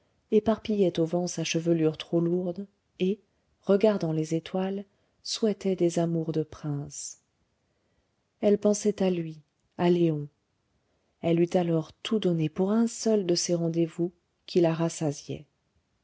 éparpillait au vent sa chevelure trop lourde et regardant les étoiles souhaitait des amours de prince elle pensait à lui à léon elle eût alors tout donné pour un seul de ces rendez-vous qui la